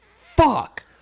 Fuck